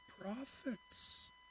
prophets